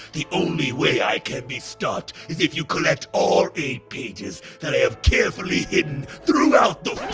the only way i can be stopped is if you collect all eight pages that i have carefully hidden throughout the.